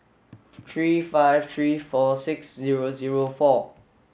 three five three four six zero zero four